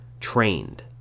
trained